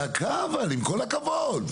דקה אבל, עם כל הכבוד.